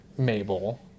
mabel